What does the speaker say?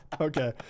Okay